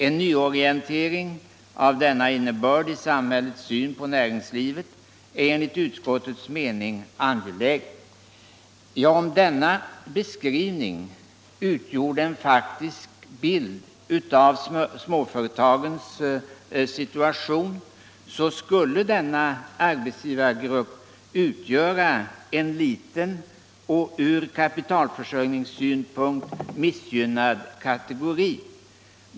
En nyorientering av denna innebörd i samhällets syn på näringslivet är enligt utskottets mening angelägen.” Om beskrivningen utgjorde en faktisk bild av småföretagens situation, så skulle denna arbetsgivargrupp utgöra en liten och ur kapitalförsörjningssynpunkt missgynnad kategori.